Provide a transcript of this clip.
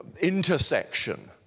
intersection